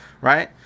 right